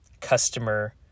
customer